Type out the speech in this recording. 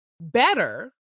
better